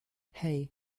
hey